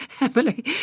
Emily